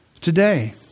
Today